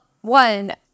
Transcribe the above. one